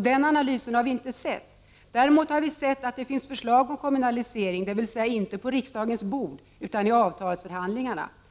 Den analysen har vi inte sett. Däremot har vi sett förslag om kommunalisering, dvs. inte på riksdagens bord utan i avtalsförhandlingarna.